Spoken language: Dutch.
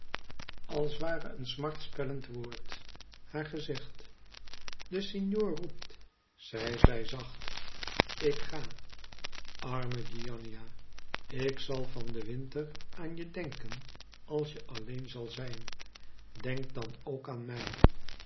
als ware een smartspellend woord haar gezegd de signor roept zei zij zacht ik ga arme giannina ik zal van den winter aanje denken als je alleen zal zijn denk dan ookaan mij